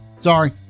Sorry